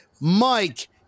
Mike